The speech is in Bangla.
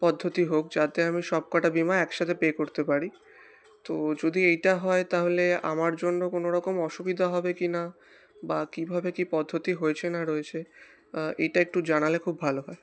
পদ্ধতি হোক যাতে আমি সব কটা বিমা একসাথে পে করতে পারি তো যদি এইটা হয় তাহলে আমার জন্য কোনোরকম অসুবিধা হবে কি না বা কীভাবে কী পদ্ধতি হয়েছে না রয়েছে এটা একটু জানালে খুব ভালো হয়